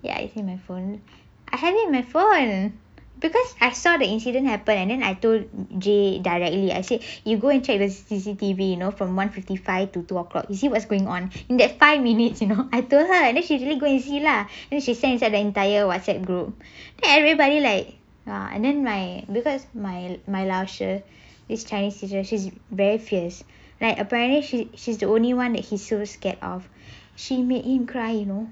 ya it's in my phone I have it my phone because I saw the incident happened and then I told jay directly I say you go and check the C_C_T_V you know from one fifty five to two o'clock you see what's going on in that five minutes you know I told her then she really go and see lah and she send that the entire whatsapp then everybody like lah and then like my because my my is chinese teacher she's very fierce like apparently she she's the only one that he so scared of she made him cry you know